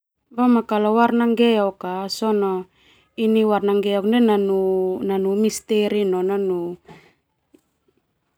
Warna nggeok nanu misteri.